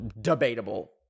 Debatable